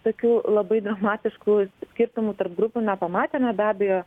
tokių labai dramatiškų skirtumų tarp grupių nepamatėme be abejo